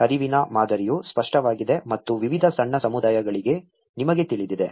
ಹರಿವಿನ ಮಾದರಿಯು ಸ್ಪಷ್ಟವಾಗಿದೆ ಮತ್ತು ವಿವಿಧ ಸಣ್ಣ ಸಮುದಾಯಗಳಲ್ಲಿ ನಿಮಗೆ ತಿಳಿದಿದೆ